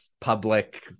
public